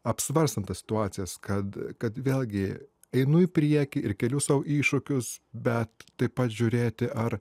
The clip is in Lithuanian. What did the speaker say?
apsvarstant tas situacijas kad kad vėlgi einu į priekį ir keliu sau iššūkius be taip pat žiūrėti ar